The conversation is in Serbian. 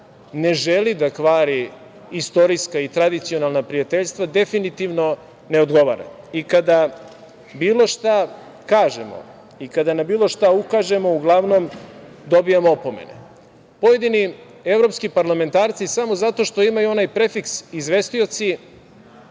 ne želi da kvari istorijska i tradicionalna prijateljstva definitivno ne odgovora i kada bilo šta kažemo i kada na bilo šta ukažemo uglavnom dobijamo opomene. Pojedini evropski parlamentarci samo zato što imaju onaj prefiks – izvestioci